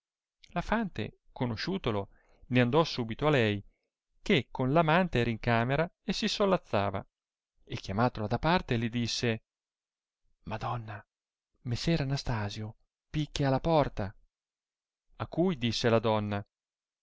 la fante conosciutolo ne andò subito a lei che con l amante era in camera e si sollazzava e chiamatala da parte le disse madonna raesser anastasio pichia alla porta a cui disse la donna